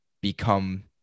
become